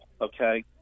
okay